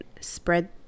spread